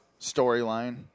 storyline